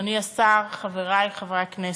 אדוני השר, חברי חברי הכנסת,